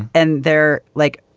and they're like.